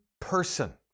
person